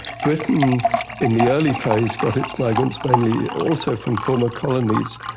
britain in the early phase, got its migrants mainly also from former colonies,